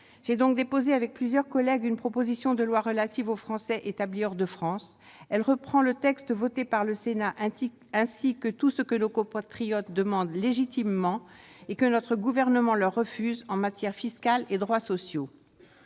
avons donc déposé une proposition de loi relative aux Français établis hors de France. Elle reprend le texte adopté par le Sénat, ainsi que tout ce que nos compatriotes demandent légitimement et que le Gouvernement leur refuse en matière fiscale et de droits sociaux.